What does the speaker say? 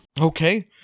Okay